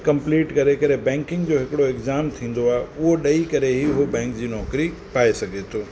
complete करे करे banking जो हिकिड़ो एग्जाम थींदो आहे उहो ॾेई करे ई हो बैंक जी नौकिरी पाए सघे थो